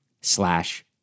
slash